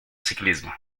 ciclismo